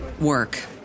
work